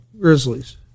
Grizzlies